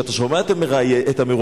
השאלה, מה תקציב "גלי צה"ל"?